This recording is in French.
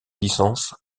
licences